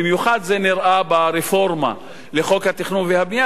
במיוחד זה נראה ברפורמה של חוק התכנון והבנייה,